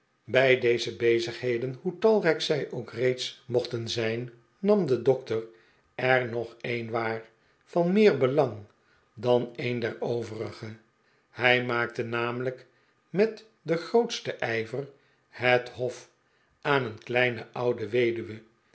bij deze bezigheden hoe talrijk zij ook reeds mochten zijn nam de dokter er nog een waar van meer belang dan een der overige hij maakte namelijk met den grootsten ijver het hof aan een kleine oude weduwe